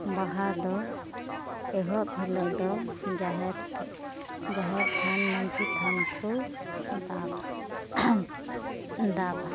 ᱵᱟᱦᱟ ᱫᱚ ᱮᱦᱚᱵ ᱦᱤᱞᱳᱜ ᱫᱚ ᱡᱟᱦᱮᱨ ᱛᱟᱷᱟᱱ ᱡᱟᱦᱮᱨ ᱛᱷᱟᱱ ᱢᱟᱺᱡᱷᱤ ᱛᱷᱟᱱ ᱠᱚ ᱫᱟᱵᱟ ᱫᱟᱵᱟ